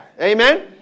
Amen